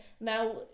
now